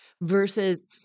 Versus